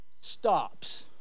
stops